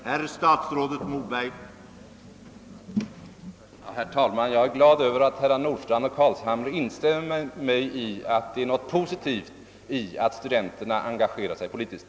Herr talman! Jag är glad över att herrar Nordstrandh och Carlshamre instämmer med mig i att det är något positivt i att studenterna engagerar sig politiskt.